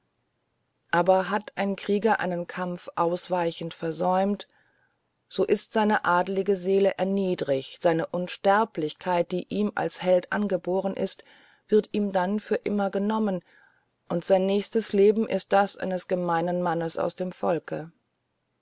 aber hat ein krieger einen kampf ausweichend versäumt so ist seine adlige seele erniedrigt seine unsterblichkeit die ihm als held angeboren ist wird ihm dann für immer genommen und sein nächstes leben ist das eines gemeinen mannes aus dem volke